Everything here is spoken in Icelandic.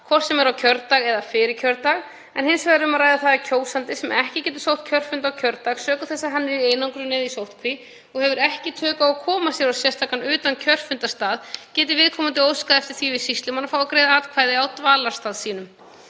hvort sem er á kjördag eða fyrir kjördag, en hins vegar er um það að ræða að kjósandi sem ekki getur sótt kjörfund á kjördag sökum þess að hann er í einangrun eða sóttkví og hefur ekki tök á að koma sér á sérstakan utankjörfundarstað geti óskað eftir því við sýslumann að fá að greiða atkvæði á dvalarstað sínum.